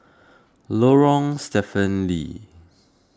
Lorong Stephen Lee